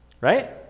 right